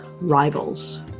rivals